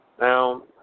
Now